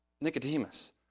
Nicodemus